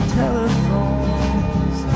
telephones